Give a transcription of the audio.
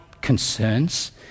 concerns